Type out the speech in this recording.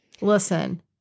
Listen